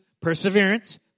perseverance